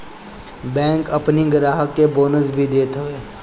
bank अपनी ग्राहक के बोनस भी देत हअ